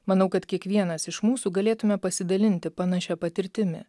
manau kad kiekvienas iš mūsų galėtume pasidalinti panašia patirtimi